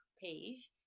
page